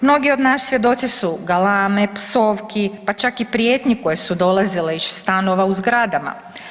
Mnogi od nas svjedoci su galame, psovki, pa čak i prijetnji koje su dolazile iz stanova u zgradama.